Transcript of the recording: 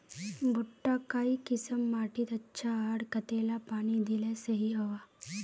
भुट्टा काई किसम माटित अच्छा, आर कतेला पानी दिले सही होवा?